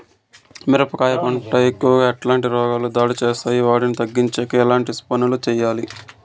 మిరప పంట కు ఎక్కువగా ఎట్లాంటి రోగాలు దాడి చేస్తాయి వాటిని తగ్గించేకి ఎట్లాంటి పనులు చెయ్యాలి?